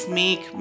make